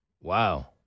Wow